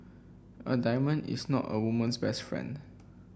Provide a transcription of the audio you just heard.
a diamond is not a woman's best friend